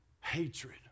hatred